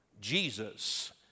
Jesus